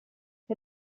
для